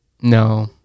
No